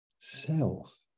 self